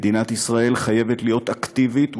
מדינת ישראל חייבת להיות אקטיבית ופועלת,